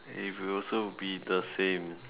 it will also be the same